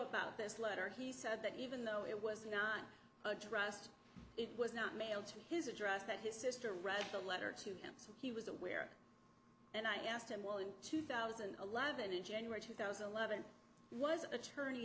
about this letter he said that even though it was not addressed it was not mailed to his address that his sister read the letter to him so he was aware and i asked him what in two thousand and eleven in january two thousand and eleven was attorney